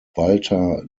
walter